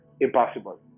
impossible